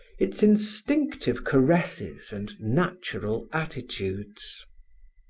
its instinctive caresses and natural attitudes.